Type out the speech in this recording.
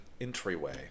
entryway